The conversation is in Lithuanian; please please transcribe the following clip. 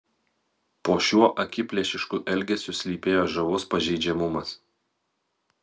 po šiuo akiplėšišku elgesiu slypėjo žavus pažeidžiamumas